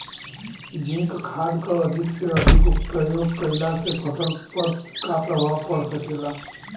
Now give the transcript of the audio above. Zinc खाद क अधिक से अधिक प्रयोग कइला से फसल पर का प्रभाव पड़ सकेला?